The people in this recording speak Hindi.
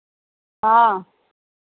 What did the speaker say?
हाँ